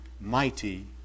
mighty